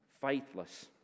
faithless